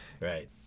right